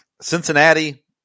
Cincinnati